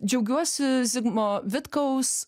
džiaugiuosi zigmo vitkaus